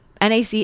NAC